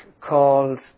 called